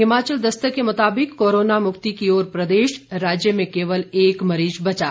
हिमाचल दस्तक के मुताबिक कोरोना मुक्ति की ओर प्रदेश राज्य में केवल एक मरीज बचा